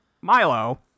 milo